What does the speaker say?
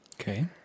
Okay